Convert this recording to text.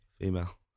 Female